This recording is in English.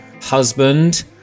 husband